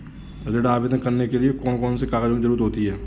ऋण आवेदन करने के लिए कौन कौन से कागजों की जरूरत होती है?